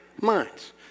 minds